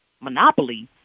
Monopoly